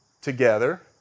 together